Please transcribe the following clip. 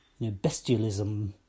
bestialism